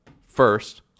First